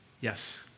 Yes